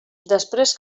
després